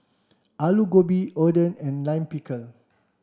Alu Gobi Oden and Lime Pickle